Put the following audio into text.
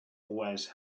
always